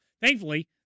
thankfully